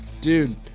Dude